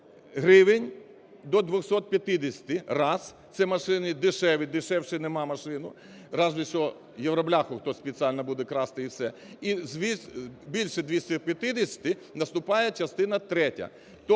гривень до 250 – раз, це машини дешеві, дешевше нема машини, хіба що "євробляху" хтось спеціально буде красти і все, і більше 250-и наступає частина третя.